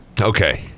Okay